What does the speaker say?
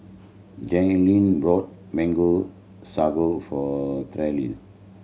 Jerrilyn brought Mango Sago for Terell